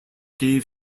gave